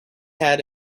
had